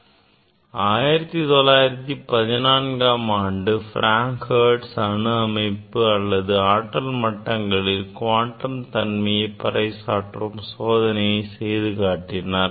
1914 ஆம் ஆண்டு Frank - Hertz அணு அமைப்பு அல்லது ஆற்றல் மட்டங்களில் குவாண்டம் தன்மையைப் பறைசாற்றும் சோதனையை செய்து காட்டினார்